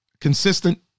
consistent